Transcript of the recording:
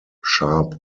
sharp